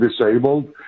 disabled